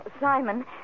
Simon